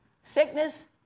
sickness